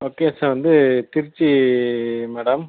location வந்து Trichy madam